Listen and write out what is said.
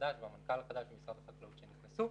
החדש ועם המנכ"ל החדש במשרד החקלאות כדי